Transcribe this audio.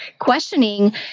questioning